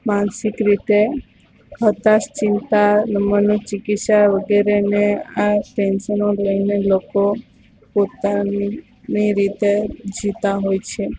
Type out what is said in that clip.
માનસિક રીતે હતાશ ચિંતા મનોચિકિત્સા વગેરેને આ ટેન્સનો લઈને લોકો પોતાની રીતે જીવતાં હોય છે